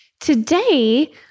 today